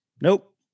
Nope